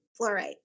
fluorite